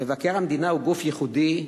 מבקר המדינה הוא גוף ייחודי,